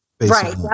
Right